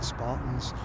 Spartans